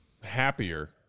happier